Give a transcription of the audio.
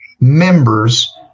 members